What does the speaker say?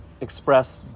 express